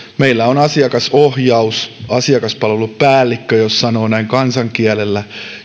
meillä on asiakasohjaus asiakaspalvelupäällikkö jos sanoo näin kansankielellä